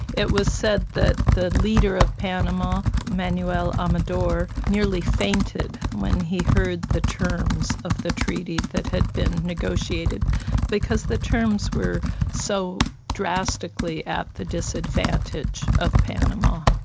it was said that the leader of panama, manuel um amador nearly fainted when he heard the terms of the treaty that had been negotiated because the terms were so drastically at the disadvantage of panama.